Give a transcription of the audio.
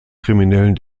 kriminellen